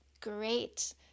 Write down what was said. Great